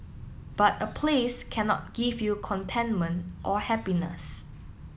but a place cannot give you contentment or happiness